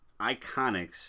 Iconics